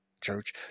church